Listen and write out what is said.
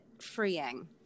freeing